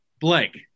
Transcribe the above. Blake